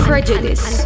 prejudice